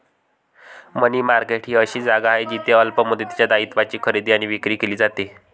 मनी market ही अशी जागा आहे जिथे अल्प मुदतीच्या दायित्वांची खरेदी आणि विक्री केली जाते